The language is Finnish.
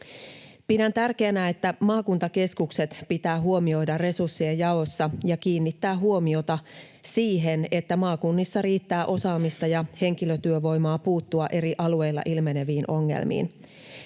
Pidän tärkeänä, että maakuntakeskukset pitää huomioida resurssien jaossa ja kiinnittää huomiota siihen, että maakunnissa riittää osaamista ja henkilötyövoimaa puuttua eri alueilla ilmeneviin ongelmiin.